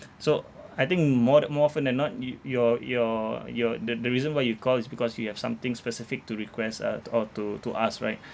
so I think more the more often than not you your your your the the reason why you call is because you have something specific to request uh or to to ask right